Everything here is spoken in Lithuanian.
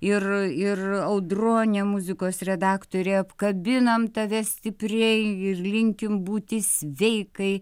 ir ir audronė muzikos redaktorė apkabinam tave stipriai ir linkim būti sveikai